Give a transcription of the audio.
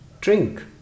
drink